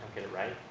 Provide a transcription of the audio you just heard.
get it right.